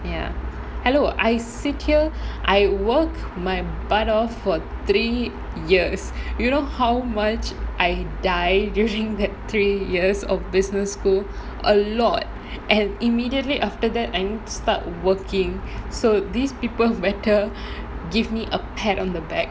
ya hello I sit here I worked my butt off for three years you know how much I died during that three years of business school a lot and immediately after that I need to start working so these people better give me a pat on the back